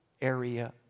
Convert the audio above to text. area